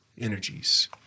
energies